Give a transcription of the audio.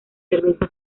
cerveza